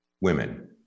women